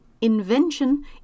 Invention